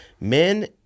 men